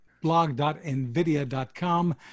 Blog.nvidia.com